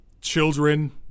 children